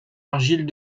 argile